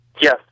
Yes